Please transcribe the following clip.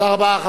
תודה רבה.